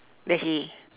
the hay